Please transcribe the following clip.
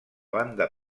banda